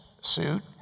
suit